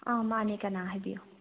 ꯑꯥ ꯃꯥꯅꯦ ꯀꯅꯥ ꯍꯥꯏꯕꯤꯌꯨ